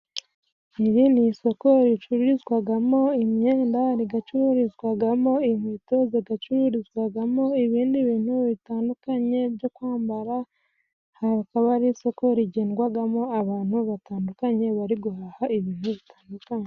Iri ni isoko ricururizwagamo: imyenda ,ri gacururizwagamo inkweto ,rigacururizwagamo ibindi bintu bitandukanye byo kwambara, hakaba ari isoko rigendwagamo abantu batandukanye ,bari guhaha ibintu bitandukanye.